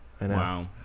Wow